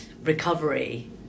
recovery